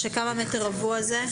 כמה מטרים רבועים זה?